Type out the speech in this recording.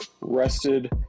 rested